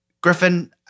Griffin